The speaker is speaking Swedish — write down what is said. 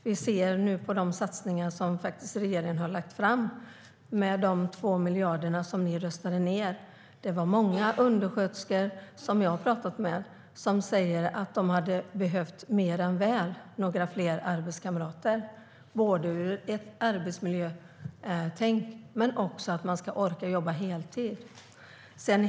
Regeringen lade fram satsningar på 2 miljarder, som ni röstade ned. Många undersköterskor som jag har pratat med säger att de mer än väl hade behövt fler arbetskamrater, både ur ett arbetsmiljöperspektiv och för att orka jobba heltid.